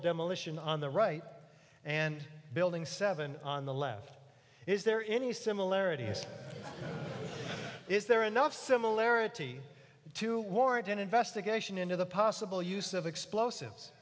demolition on the right and building seven on the left is there any similarities is there enough similarity to warrant an investigation into the possible use of explosives